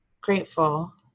grateful